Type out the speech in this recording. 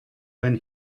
when